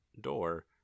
door